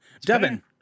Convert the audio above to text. Devin